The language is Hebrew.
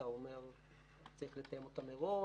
אתה אומר שצריך לתאם אותם מראש.